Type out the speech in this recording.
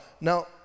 Now